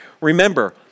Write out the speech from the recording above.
Remember